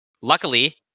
Luckily